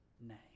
name